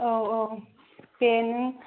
औ औ दे नों